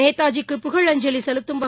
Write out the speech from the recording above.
நேதாஜி க்கு புகழஞ்சலிசெலுத்தும் இவை